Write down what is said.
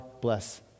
bless